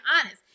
honest